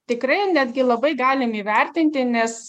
tikrai netgi labai galim įvertinti nes